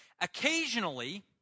Occasionally